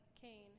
Cain